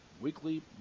weekly